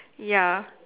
ya